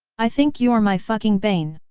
i think you're my fucking bane!